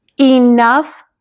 enough